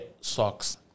socks